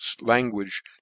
language